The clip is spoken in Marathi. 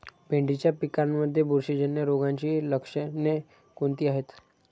भेंडीच्या पिकांमध्ये बुरशीजन्य रोगाची लक्षणे कोणती आहेत?